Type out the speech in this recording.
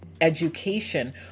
education